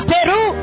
Peru